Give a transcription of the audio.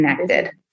connected